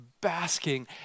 basking